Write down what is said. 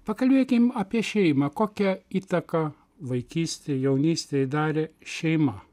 pakalbėkim apie šeimą kokią įtaką vaikystėj jaunystėj darė šeima